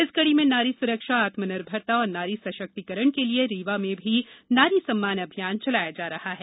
इस कड़ी में नारी सुरक्षा आत्मनिर्भरता और नारी सशक्तिकरण के लिए रीवा में भी नारी सम्मान अभियान चलाया जा रहा है